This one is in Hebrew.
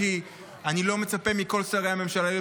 כי אני לא מצפה מכל שרי הממשלה להיות